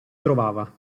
trovava